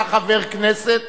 אתה חבר כנסת,